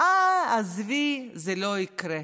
עזבי, זה לא יקרה.